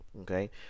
Okay